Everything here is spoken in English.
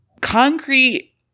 concrete